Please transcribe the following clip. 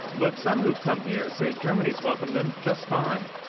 but some who've come here say germany's welcomed them just fine.